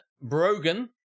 Brogan